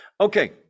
Okay